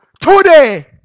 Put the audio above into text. today